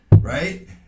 right –